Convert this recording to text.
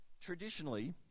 traditionally